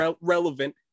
Relevant